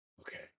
okay